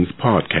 podcast